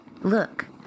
Look